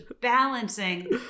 balancing